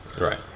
Right